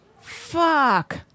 Fuck